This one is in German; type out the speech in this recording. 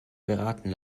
beraten